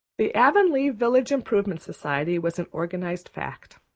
the avonlea village improvement society was an organized fact.